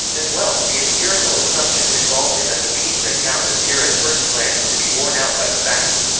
as well, the empirical assumptions involved in the hobbesian account appear at first glance to be borne out by the facts.